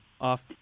off